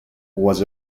was